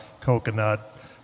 coconut